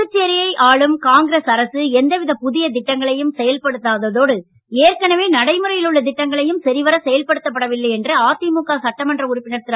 புதுச்சேரியை ஆளும் காங்கிரஸ் அரசு எந்தவித புதிய திட்டங்களையும் செயல்படுத்தாததோடு ஏற்கனவே நடைமுறையில் உள்ள திட்டங்களையும் சரிவர செயல்படுத்தவில்லை என்று அதிமுக சட்டமன்ற உறுப்பினர் திரு